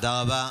תודה רבה.